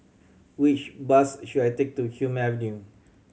which bus should I take to Hume Avenue